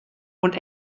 und